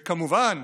וכמובן,